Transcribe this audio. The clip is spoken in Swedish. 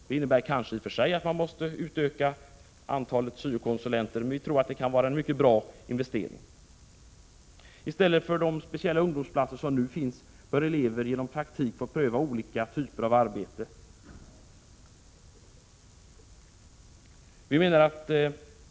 Det innebär kanske i och för sig att man måste utöka antalet syokonsulenter, men vi tror att det kan vara en mycket bra investering, i stället för de speciella ungdomsplatser som nu finns för eleverna att genom praktik pröva olika typer av arbeten.